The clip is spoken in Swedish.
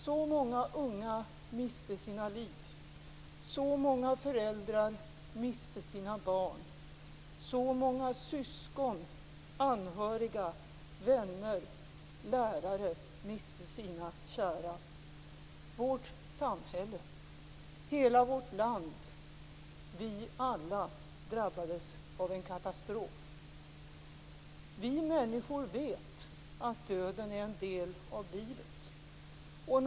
Så många unga miste sina liv, så många föräldrar miste sina barn, så många syskon, anhöriga, vänner, lärare miste sina kära. Vårt samhälle - hela vårt land - vi alla - drabbades av en katastrof. Vi människor vet att döden är en del av livet.